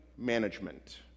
management